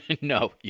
No